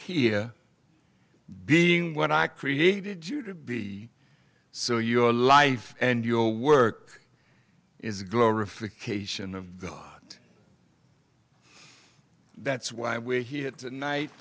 here being when i created you to be so your life and your work is glorification of the law and that's why we're here tonight